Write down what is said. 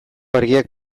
argiak